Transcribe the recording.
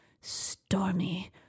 stormy